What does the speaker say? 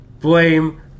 blame